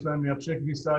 יש להם מייבשי כביסה,